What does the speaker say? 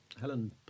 helen